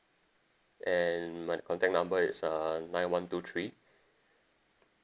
and my contact number is uh nine one two three